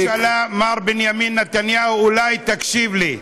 ראש הממשלה מר בנימין נתניהו, אולי תקשיב לי?